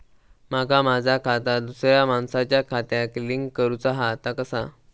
माका माझा खाता दुसऱ्या मानसाच्या खात्याक लिंक करूचा हा ता कसा?